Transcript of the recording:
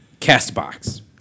CastBox